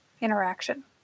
interaction